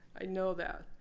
i know that.